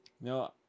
No